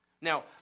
Now